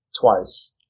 twice